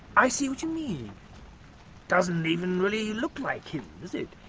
i see what you mean. doesn't even really look like him, does it?